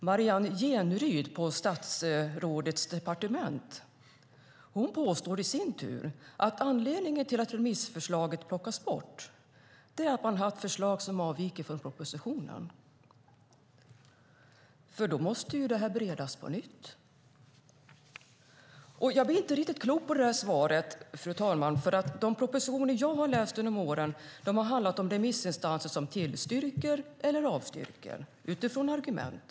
Marianne Jenryd på statsrådets departement påstår att anledningen till att remissförslaget plockats bort är att man har haft förslag som avviker från propositionen, och då måste ju det här beredas på nytt. Fru talman! Jag blir inte riktigt klok på det svaret. De propositioner som jag har läst genom åren har handlat om remissinstanser som tillstyrker eller avstyrker utifrån argument.